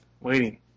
waiting